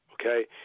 okay